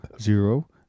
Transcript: zero